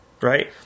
right